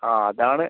ആ അതാണ്